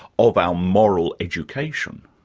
of our moral education?